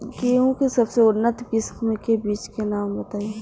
गेहूं के सबसे उन्नत किस्म के बिज के नाम बताई?